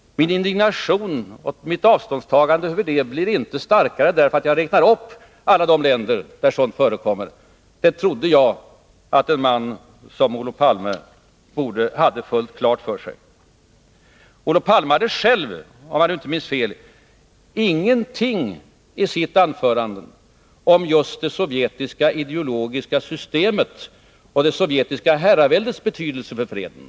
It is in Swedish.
Min indignation och mitt avståndstagande blir inte starkare för att jag räknar upp alla de länder där sådant förekommer. Det trodde jag att en man som Olof Palme hade fullt klart för sig. Olof Palme sade själv, om jag inte minns fel, ingenting i sitt anförande om just det sovjetiska ideologiska systemets och det sovjetiska herraväldets betydelse för freden.